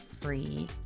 free